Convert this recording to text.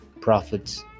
prophets